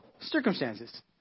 circumstances